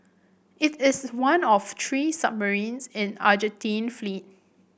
it is one of three submarines in Argentine fleet